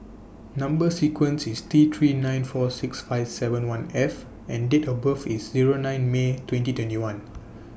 Number sequence IS T three nine four six five seven one F and Date of birth IS Zero nine May twenty twenty one